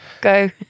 go